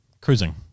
cruising